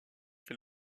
fait